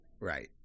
Right